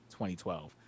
2012